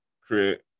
create